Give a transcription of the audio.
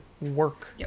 work